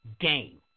game